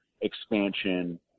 expansion